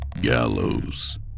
Gallows